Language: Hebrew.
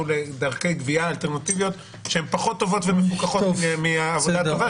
לדרכי גבייה אלטרנטיביות שהן פחות טובות ומפוקחות מהעבודה הטובה.